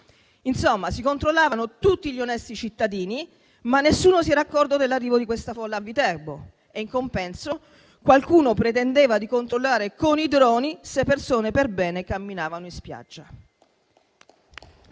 Insomma, si controllavano tutti gli onesti cittadini, ma nessuno si era accorto dell'arrivo di questa folla a Viterbo e in compenso qualcuno pretendeva di controllare con i droni se persone per bene camminavano in spiaggia.